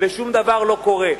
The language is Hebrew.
ושום דבר לא קורה.